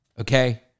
okay